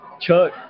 Chuck